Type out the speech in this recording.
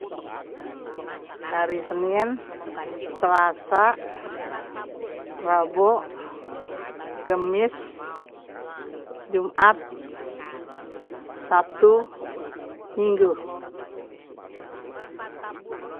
Hari senen, selasa, rabo, kemis, jumat, sabtu, minggu